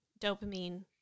dopamine